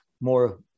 more